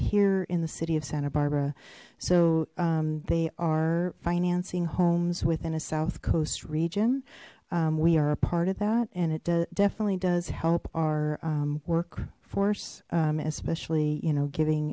here in the city of santa barbara so they are financing homes within a south coast region we are a part of that and it definitely does help our work force especially you know giving